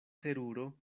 teruro